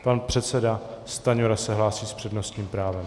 Pan předseda Stanjura se hlásí s přednostním právem.